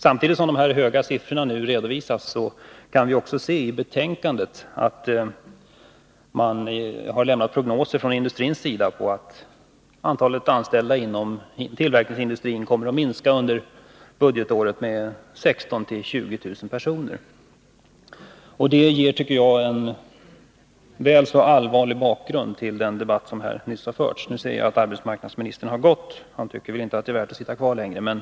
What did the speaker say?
Samtidigt som dessa höga siffror redovisas kan vi också läsa i arbetsmarknadsutskottets betänkande om prognoser från industrisidan, att antalet anställda inom tillverkningsindustrin kommer att minska under budgetåret med 16 000-20 000 personer. Det är, tycker jag, en väl så allvarlig bakgrund med tanke på den debatt som här nyss har förts. Jag ser att arbetsmarknadsministern har gått. Han tycker väl inte att det är värt att sitta kvar i kammaren längre.